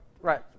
Right